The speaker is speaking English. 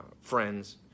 friends